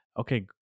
okay